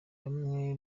bamwe